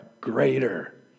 greater